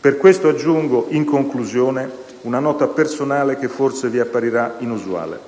Per questo aggiungo, in conclusione, una nota personale che forse vi apparirà inusuale.